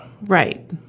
right